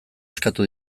eskatu